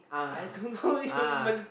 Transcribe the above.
ah ah